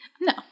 No